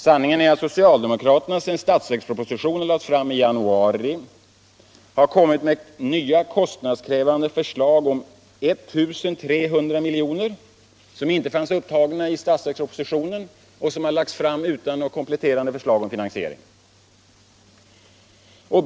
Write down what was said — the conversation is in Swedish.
Sanningen är att socialdemokraterna sedan budgetpropositionen lades fram i januari har kommit med nya kostnadskrävande förslag om 1 300 milj.kr. som inte fanns upptagna i budgetpropositionen och som har lagts fram utan kompletterande förslag till finansiering.